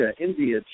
India